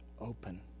open